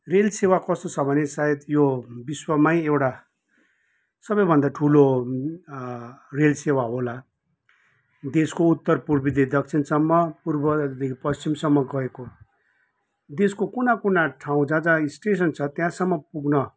rail सेवा कस्तो छ भने सायद यो विश्वमै एउटा सबैभन्दा ठुलो रेल सेवा होला देशको उत्तर पूर्विदेखि दक्षिणसम्म पूर्वदेखि पश्चिमसम्म गएको देशको कुनाकुना ठाउँ जहाँ जहाँ इस्टेसन छ त्यहाँसम्म पुग्न